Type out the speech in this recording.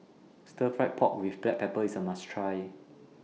Stir Fried Pork with Black Pepper IS A must Try